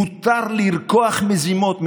מותר לרקוח מזימות.